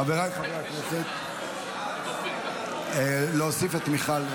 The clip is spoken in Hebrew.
חבריי חברי הכנסת, להוסיף את מיכל.